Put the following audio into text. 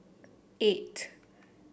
eight